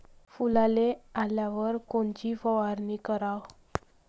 फुलाले आल्यावर कोनची फवारनी कराव?